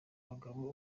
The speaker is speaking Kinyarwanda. abagabo